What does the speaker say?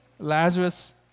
Lazarus